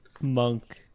monk